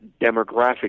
demographic